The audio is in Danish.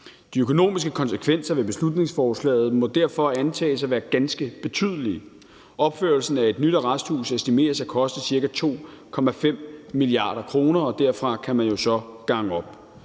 De økonomiske konsekvenser af beslutningsforslaget må derfor antages at være ganske betydelige. Opførelsen af et nyt arresthus estimeres at koste 2,5 mia. kr., og derfra kan man jo så gange op.